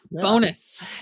Bonus